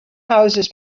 houses